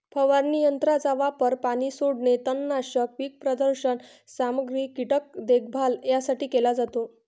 फवारणी यंत्राचा वापर पाणी सोडणे, तणनाशक, पीक प्रदर्शन सामग्री, कीटक देखभाल यासाठी केला जातो